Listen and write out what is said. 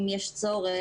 אם יש צורך,